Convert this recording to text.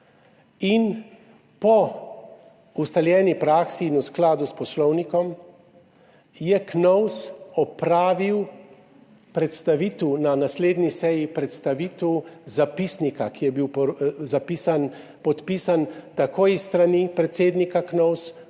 in po ustaljeni praksi in v skladu s Poslovnikom je KNOVS opravil predstavitev na naslednji seji, predstavitev zapisnika, ki je bil zapisan, podpisan, tako s strani predsednika KNOVS